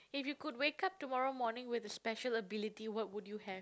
if you could wake up tomorrow morning with a special ability what would you have